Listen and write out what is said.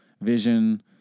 vision